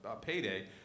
payday